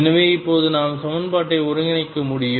எனவே இப்போது நாம் சமன்பாட்டை ஒருங்கிணைக்க முடிகிறது